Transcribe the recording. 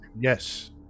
Yes